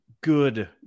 good